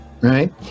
right